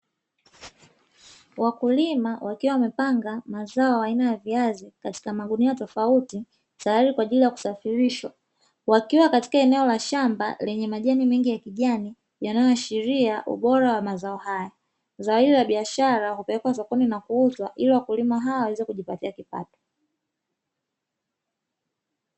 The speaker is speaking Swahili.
Wakulima wakiwa wamepanga mazao ya aina ya viazi katika magunia tofauti tayari kwa ajili ya kusafirishwa wakiwa katika eneo la shamba lenye majani mengi ya kijani, yanayoashiria ubora wa mazao haya zao hili la biashara kupelekwa sokoni na kuuzwa ili kulima hawa waweze kujipatia kipato.